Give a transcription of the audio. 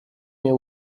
nie